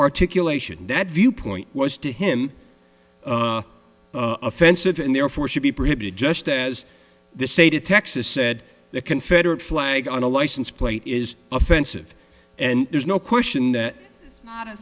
articulation that viewpoint was to him offensive and therefore should be prohibited just as they say to texas said the confederate flag on a license plate is offensive and there's no question that not a